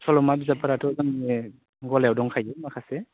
सल'मा बिजाबफोराथ' जोंनि गलायाव दंखायो माखासे